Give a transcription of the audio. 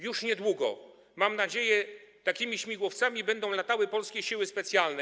Już niedługo, mam nadzieję, takimi śmigłowcami będą latały polskie siły specjalne.